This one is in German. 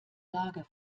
lage